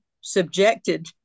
subjected